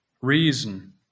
reason